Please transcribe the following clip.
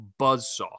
buzzsaw